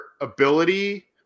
ability